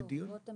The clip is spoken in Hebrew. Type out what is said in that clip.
לא, רותם